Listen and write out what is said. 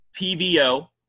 PVO